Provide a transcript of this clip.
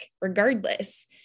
regardless